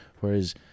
Whereas